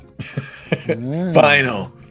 final